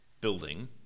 building